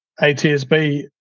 ATSB